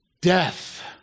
death